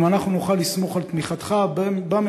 אם אנחנו נוכל לסמוך על תמיכתך בממשלה